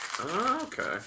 Okay